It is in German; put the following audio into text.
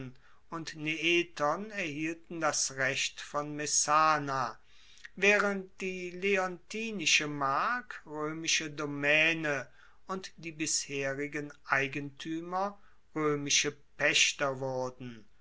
und neeton erhielten das recht von messana waehrend die leontinische mark roemische domaene und die bisherigen eigentuemer roemische paechter wurden